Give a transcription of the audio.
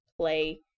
play